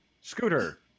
Scooter